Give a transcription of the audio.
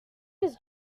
his